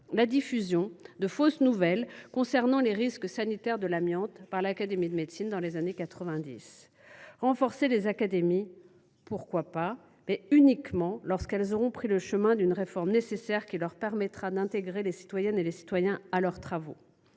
la diffusion de fausses nouvelles concernant les risques sanitaires de l’amiante par l’Académie nationale de médecine dans les années 1990. Renforcer les académies, pourquoi pas, mais uniquement lorsqu’elles auront pris le chemin d’une réforme nécessaire qui leur permettra d’intégrer les citoyennes et les citoyens à leurs travaux.